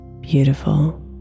Beautiful